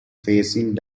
facing